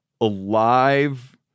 alive